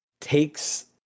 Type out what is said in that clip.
takes